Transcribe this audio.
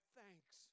thanks